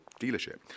dealership